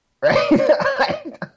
right